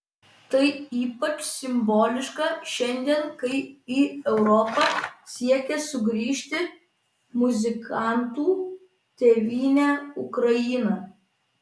tai ypač simboliška šiandien kai į europą siekia sugrįžti muzikantų tėvynė ukraina